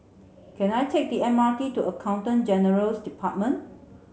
can I take the M R T to Accountant General's Department